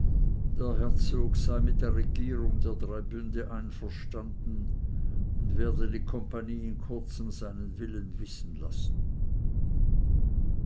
der herzog sei mit der regierung der drei bünde einverstanden und werde die kompanie in kurzem seinen willen wissen lassen